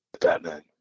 Batman